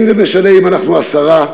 לא משנה אם אנחנו 10%,